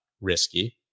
risky